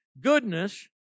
goodness